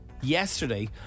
Yesterday